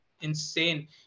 insane